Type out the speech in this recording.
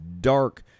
dark